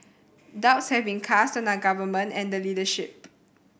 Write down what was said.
doubts have been cast on our Government and the leadership